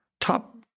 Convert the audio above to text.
top